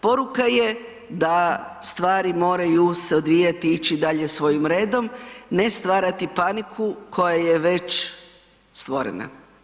Poruka je da stvari moraju se odvijati i ići dalje svojim redom, ne stvarati paniku koja je već stvorena.